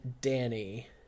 Danny